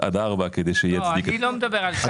עד 4 כדי שיצדיק את זה -- אני לא מדבר על השער,